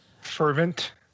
fervent